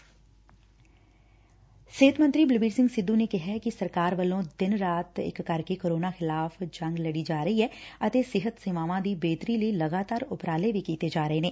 ਪੰਜਾਬ ਦੇ ਸਿਹਤ ਤੇ ਪਰਿਵਾਰ ਭਲਾਈ ਮੰਤਰੀ ਬਲਬੀਰ ਸਿੰਘ ਸਿੱਧੁ ਨੇ ਕਿਹਾ ਕਿ ਸਰਕਾਰ ਵੱਲੋਂ ਦਿਨ ਰਾਤ ਇਕ ਕਰ ਕੇ ਕੋਰੋਨਾ ਖਿਲਾਫ ਜੰਗ ਲਤੀ ਜਾ ਰਹੀ ਏ ਤੇ ਸਿਹਤ ਸੇਵਾਵਾਂ ਦੀ ਬਿਹਤਰੀ ਲਈ ਲਗਾਤਾਰ ਉਪਰਾਲੇ ਕੀਤੇ ਜਾ ਰਹੇ ਨੇ